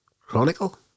Chronicle